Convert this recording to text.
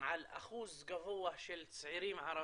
על אחוז גבוה של צעירים ערבים,